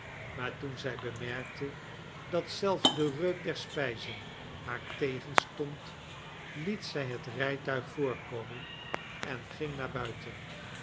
maar toen zij bemerkte dat zelfs de reuk der spijzen haar tegenstond liet zij het rijtuig voorkomen en ging naar buiten